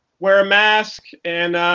wear a mask. and.